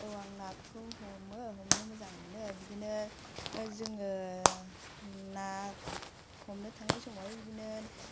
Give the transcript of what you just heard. औ आं नाखौ हमो हमनो मोजां मोनो बिदिनो जोङो ना हमनो थांनाय समावहाय बिदिनो